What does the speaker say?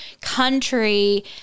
country